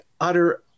utter